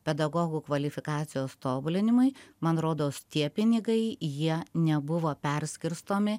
pedagogų kvalifikacijos tobulinimui man rodos tie pinigai jie nebuvo perskirstomi